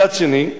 מצד שני,